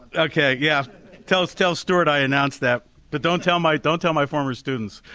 okay yeah tell us tell stuart i announced that but don't tell my don't tell my former students